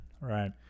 Right